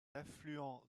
affluent